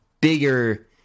bigger